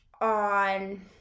on